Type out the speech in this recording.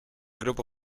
grupo